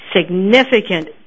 significant